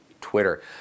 Twitter